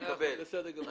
בסדר.